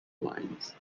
lines